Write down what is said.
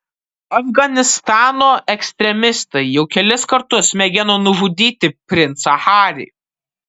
afganistano ekstremistai jau kelis kartus mėgino nužudyti princą harį